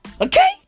Okay